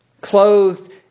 Clothed